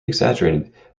exaggerated